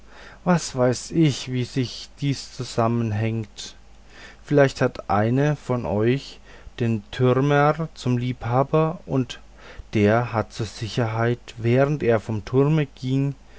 was weiß ich wie dies zusammenhängt vielleicht hat eine von euch den türmer zum liebhaber und der hat zur sicherheit während er vom turme ging